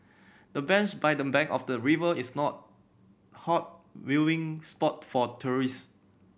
the bench by the bank of the river is not hot viewing spot for tourist